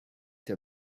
der